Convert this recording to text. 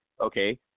okay